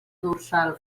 dorsal